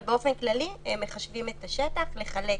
אבל באופן כללי מחשבים את השטח לחלק